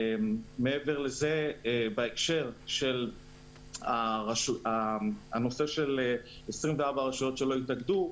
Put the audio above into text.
מעבר לזה, בהקשר של הרשויות של התאגדו,